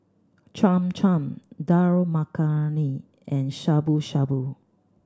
Cham Cham Dal Makhani and Shabu Shabu